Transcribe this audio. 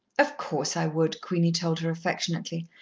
of course, i would, queenie told her affectionately.